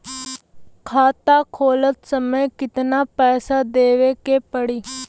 खाता खोलत समय कितना पैसा देवे के पड़ी?